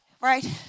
Right